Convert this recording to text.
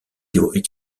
théories